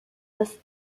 das